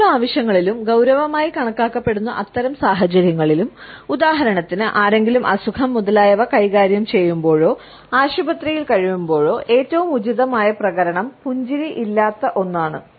ജോലിയുടെ ആവശ്യങ്ങളിലും ഗൌരവമായി കണക്കാക്കപ്പെടുന്ന അത്തരം സാഹചര്യങ്ങളിലും ഉദാഹരണത്തിന്ആരെങ്കിലും അസുഖം മുതലായവ കൈകാര്യം ചെയ്യുമ്പോഴോ ആശുപത്രിയിൽ കഴിയുമ്പോഴോ ഏറ്റവും ഉചിതമായ പ്രതികരണം പുഞ്ചിരി ഇല്ലാത്ത ഒന്നാണ്